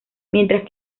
mientras